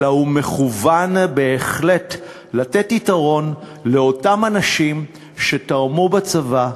אלא הוא מכוון בהחלט לתת יתרון לאותם אנשים שתרמו בצבא,